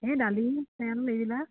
এই দালি তেল এইবিলাক